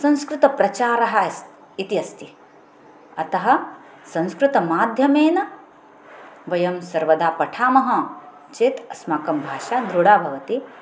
संस्कङरतप्रचारः अस्ति इति अस्ति अतः संस्कृतमाध्यमेन वयं सर्वदा पठामः चेत् अस्माकं भाषा दृढा भवति